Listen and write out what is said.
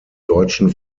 deutschen